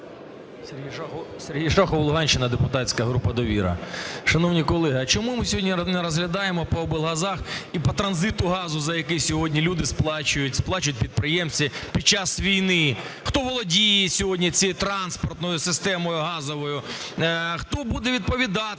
Сергій Шахов, Луганщина, депутатська група "Довіра". Шановні колеги, а чому ми сьогодні не розглядаємо по облгазах і по транзиту газу, за який сьогодні люди сплачують, сплачують підприємці під час війни? Хто володіє сьогодні цієї транспортною системою газовою? Хто буде відповідати